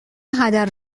هدر